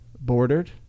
bordered